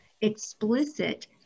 explicit